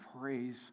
Praise